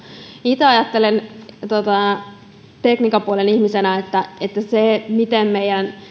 itse ajattelen tekniikan puolen ihmisenä että sitä miten meidän